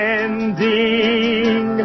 ending